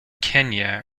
kenya